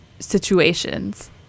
situations